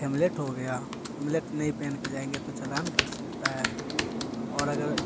हेमलेट हो गया हेमलेट नहीं पहन के जाएँगे तो चालान कट सकता है और अगर